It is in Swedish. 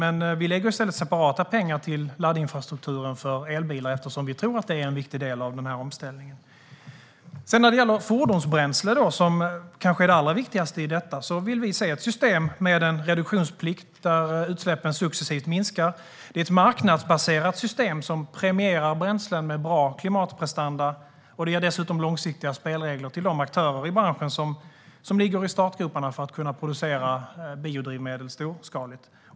Men vi lägger i stället separata pengar till laddinfrastrukturen för elbilar, eftersom vi tror att det är en viktig del av omställningen. När det gäller fordonsbränsle, som kanske är det allra viktigaste, vill vi se ett system med reduktionsplikt där utsläppen minskar successivt. Det är ett marknadsbaserat system som premierar bränslen med bra klimatprestanda. Det ger dessutom långsiktiga spelregler för de aktörer i branschen som ligger i startgroparna för att kunna producera biodrivmedel storskaligt.